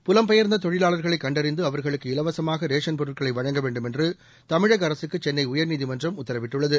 புலம்பெயர்ந்த தொழிலாளர்களைக் கண்டறிந்து அவர்களுக்கு இலவசமாக ரேஷன் பொருட்களை வழங்க வேண்டும் என்று தமிழக அரசுக்கு சென்னை உயர்நீதிமன்றம் உத்தரவிட்டுள்ளது